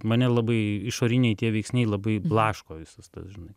mane labai išoriniai veiksniai labai blaško visas tas žinai